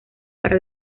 para